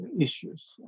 issues